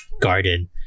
garden